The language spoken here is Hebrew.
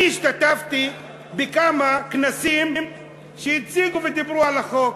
אני השתתפתי בכמה כנסים שהציגו ודיברו על החוק.